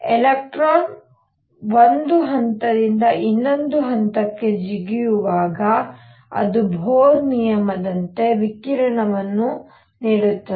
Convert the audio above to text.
electron ಒಂದು ಹಂತದಿಂದ ಇನ್ನೊಂದಕ್ಕೆ ಜಿಗಿಯುವಾಗ ಅದು ಬೊರ್ ನಿಯಮದಂತೆ ವಿಕಿರಣವನ್ನು ನೀಡುತ್ತದೆ